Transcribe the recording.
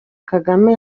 kagame